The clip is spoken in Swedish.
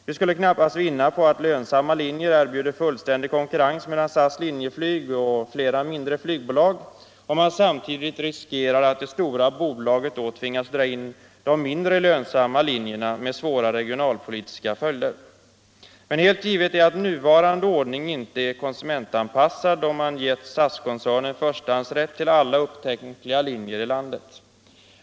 Vi skulle knappast vinna på att lönsamma linjer erbjuder fullständig konkurrens mellan SAS/Linjeflyg och flera mindre bolag om man samtidigt riskerar att det stora bolaget då tvingas dra in de mindre lönsamma linjerna med svåra regionalpolitiska följder. Men helt givet är att nuvarande ordning inte är konsumentanpassad då man givit SAS-koncernen förstahandsrätt till alla upptänkliga linjer i landet.